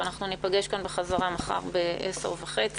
וניפגש כאן בחזרה מחר ב-10:30.